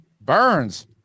Burns